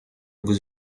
vous